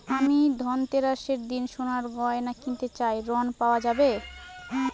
আমি ধনতেরাসের দিন সোনার গয়না কিনতে চাই ঝণ পাওয়া যাবে?